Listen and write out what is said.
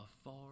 Afar